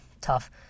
tough